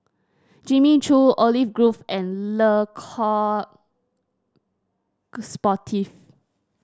Jimmy Choo Olive Grove and Le Coq Sportif